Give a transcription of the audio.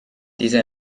diese